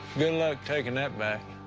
good luck taking that back.